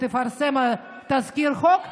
תפרסם תזכיר חוק,